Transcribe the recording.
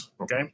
Okay